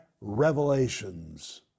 revelations